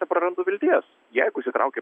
neprarandu vilties jeigu įsitraukia